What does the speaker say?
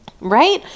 right